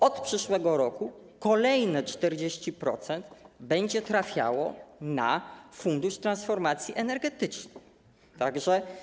Od przyszłego roku kolejne 40% będzie trafiało na Fundusz Transformacji Energetyki.